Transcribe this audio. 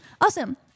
Awesome